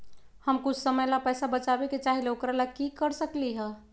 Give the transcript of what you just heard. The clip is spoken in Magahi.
हम कुछ समय ला पैसा बचाबे के चाहईले ओकरा ला की कर सकली ह?